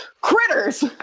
Critters